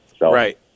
Right